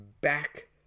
back